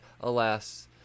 alas